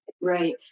Right